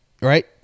right